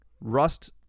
Rust